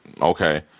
Okay